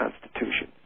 constitution